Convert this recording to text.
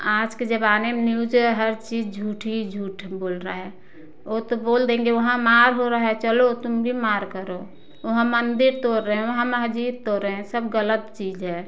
आज के ज़माने में न्यूज हर चीज़ झूठ ही झूठ बोल रहा है वो तो बोल देंगे वहाँ मार हो रहा है चलो तुम भी मार करो वहाँ मंदिर तोड़ रहें वहाँ मस्जिद तोड़ रहें सब गलत चीज़ है